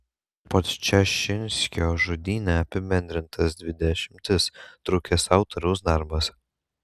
podčašinskio žodyne apibendrintas dvi dešimtis trukęs autoriaus darbas